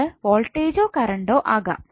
അത് വോൾട്ടേജ്ജോ കറണ്ടോ ആകാം